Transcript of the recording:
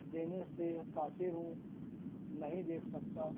دینے سے قاصر ہوں نہیں دیکھ سکتا